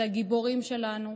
הם הגיבורים שלנו,